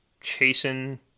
chasing